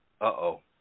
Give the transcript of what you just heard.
Uh-oh